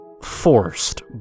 forced